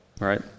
right